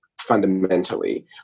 fundamentally